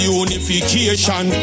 unification